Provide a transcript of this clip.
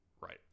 Right